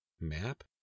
Map